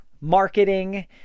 marketing